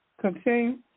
Continue